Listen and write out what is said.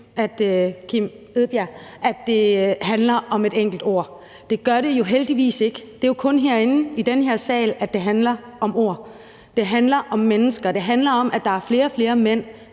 at det handler om et enkelt ord. Det gør det jo heldigvis ikke. Det er jo kun herinde i den her sal, at det handler om ord. Det handler om mennesker, det handler om, at der er flere og flere mænd,